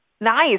Nice